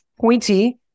pointy